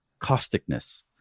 causticness